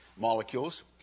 molecules